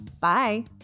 bye